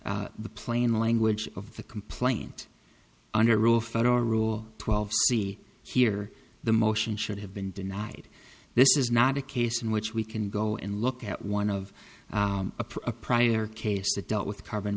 at the plain language of the complaint under rule federal rule twelve see here the motion should have been denied this is not a case in which we can go and look at one of the prior cases that dealt with carbon